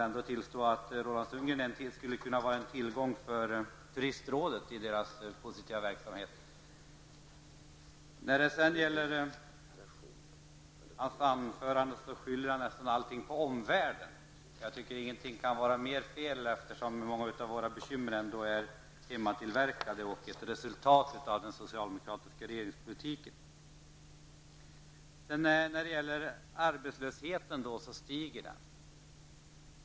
Roland Sundgren borde kunna vara en tillgång för turistrådet i dess positiva verksamhet. I sitt anförande skyller han nästan allt på omvärlden. Jag tycker att inget kan vara mer fel, eftersom många av våra bekymmer ändå är hemmatillverkade och är ett resultat av den socialdemokratiska regeringspolitiken. Arbetslösheten stiger.